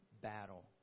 battle